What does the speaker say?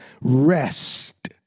rest